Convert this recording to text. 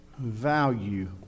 value